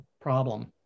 problem